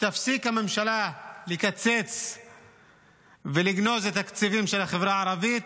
שהממשלה תפסיק לקצץ ולגנוז את התקציבים של החברה הערבית